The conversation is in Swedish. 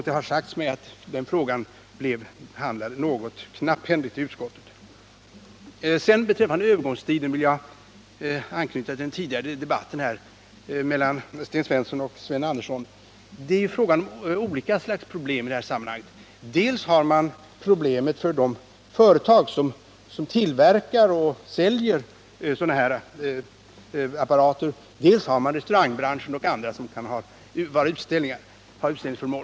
Det har sagts mig att den frågan blev något knapphändigt behandlad i utskottet. När det gäller övergångstiden vill jag anknyta till den tidigare debatten mellan Sten Svensson och Sven G. Andersson. Det är i detta sammanhang fråga om flera olika slags problem. Dels blir det problem för de företag som tillverkar och säljer automaterna, dels blir det problem för bl.a. restaurangbranschen.